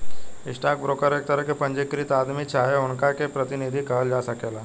stock broker एक तरह के पंजीकृत आदमी चाहे उनका के प्रतिनिधि कहल जा सकेला